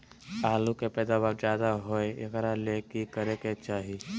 आलु के पैदावार ज्यादा होय एकरा ले की करे के चाही?